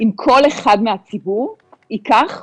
אם כל אחד מהציבור, ייקח,